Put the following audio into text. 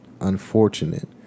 unfortunate